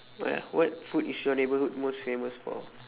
ya what food is your neighbourhood most famous for